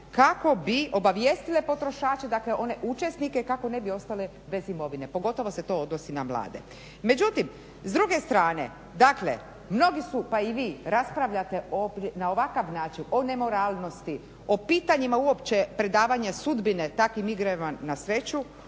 kako bi obavijestile potrošače, dakle one učesnike i kako ne bi ostale bez imovine, pogotovo se to odnosi na mlade. Međutim, s druge strane, mnogi su pa i vi raspravljate na ovakav način o nemoralnosti, o pitanjima uopće predavanja sudbine takvim igrama na sreću